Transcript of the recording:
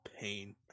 pain